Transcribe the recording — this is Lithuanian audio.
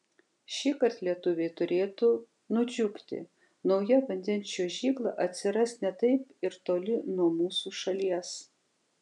šįkart lietuviai turėtų nudžiugti nauja vandens čiuožykla atsiras ne taip ir toli nuo mūsų šalies